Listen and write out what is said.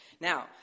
Now